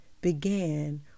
began